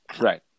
Right